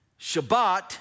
Shabbat